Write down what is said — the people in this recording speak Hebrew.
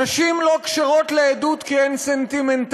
נשים לא כשרות לעדות כי הן סנטימנטליות,